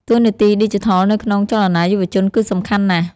តួនាទីឌីជីថលនៅក្នុងចលនាយុវជនគឺសំខាន់ណាស់។